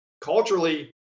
Culturally